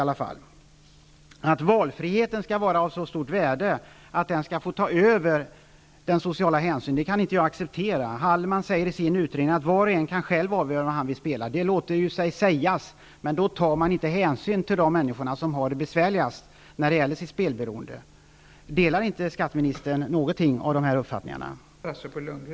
Jag kan inte acceptera att valfriheten skall vara av så stort värde att den skall få ta över den sociala hänsynen. Hallman säger i sin utredning att var och en själv kan avgöra vad han vill spela på. Det låter sig sägas. Men då tar man inte hänsyn till de människor som har det besvärligt med ett spelberoende. Delar inte skatteministern någon av dessa uppfattningar?